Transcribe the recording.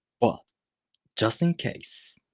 but just in case,